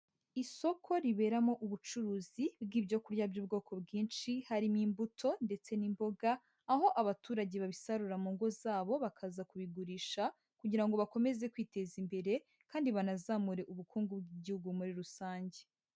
Isoko riberamo ubucuruzi bw'ibyo kurya by'ubwoko bwinshi, harimo imbuto ndetse n'imboga, aho abaturage babisarura mu ngo zabo bakaza kubigurisha kugira ngo bakomeze kwiteza imbere kandi banazamure ubukungu bw'Igihugu muri rusange.